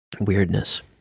Weirdness